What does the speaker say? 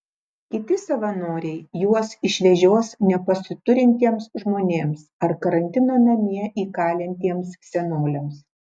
kiti savanoriai juos išvežios nepasiturintiems žmonėms ar karantino namie įkalintiems senoliams